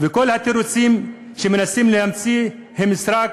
וכל התירוצים שמנסים להמציא הם סרק,